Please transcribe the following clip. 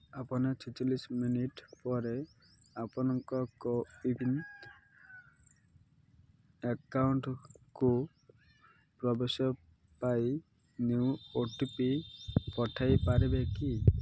ଆପଣ ମିନିଟ୍ ପରେ ଆପଣଙ୍କ କୋୱିନ୍ ଆକାଉଣ୍ଟକୁ ପ୍ରବେଶ ପାଇଁ ନ୍ୟୁ ଓ ଟି ପି ପଠାଇ ପାରିବେ କି